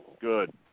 good